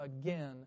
again